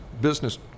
business